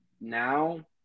now